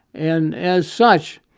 and as such,